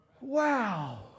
Wow